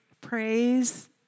praise